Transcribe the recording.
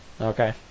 Okay